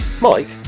Mike